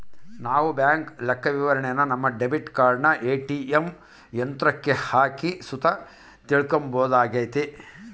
ನಾವು ಬ್ಯಾಂಕ್ ಲೆಕ್ಕವಿವರಣೆನ ನಮ್ಮ ಡೆಬಿಟ್ ಕಾರ್ಡನ ಏ.ಟಿ.ಎಮ್ ಯಂತ್ರುಕ್ಕ ಹಾಕಿ ಸುತ ತಿಳ್ಕಂಬೋದಾಗೆತೆ